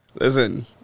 Listen